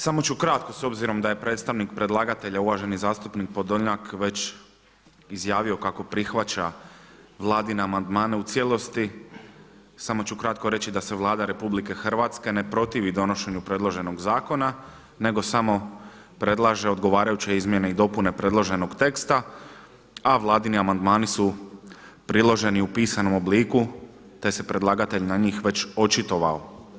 Samo ću kratko s obzirom da je predstavnik predlagatelja uvaženi zastupnik Podolnjak već izjavio kako prihvaća Vladine amandmane u cijelosti samo ću kratko reći da se Vlada RH ne protivi donošenju predloženog zakona nego samo predlaže odgovarajuće izmjene i dopune predloženog teksta a Vladini amandmani su priloženi u pisanom obliku te se predlagatelj već na njih očitovao.